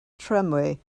tramway